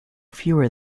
fewer